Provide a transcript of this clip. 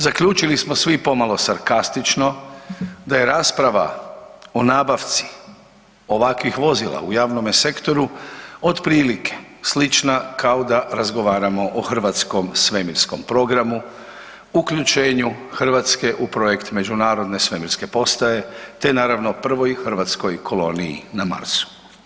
Zaključili smo svi pomalo sarkastično da je rasprava o nabavci ovakvih vozila u javnome sektoru otprilike slična kao da razgovaramo o hrvatskom svemirskom programu, uključenju Hrvatske u projekt međunarodne svemirske postaje te naravno prvoj hrvatskoj koloniji na Marsu.